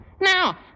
Now